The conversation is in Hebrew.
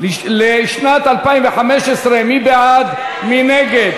לשנת התקציב 2015, בדבר הפחתת תקציב לא נתקבלו.